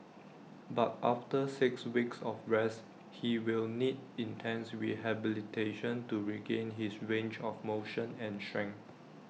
but after six weeks of rest he will need intense rehabilitation to regain his range of motion and strength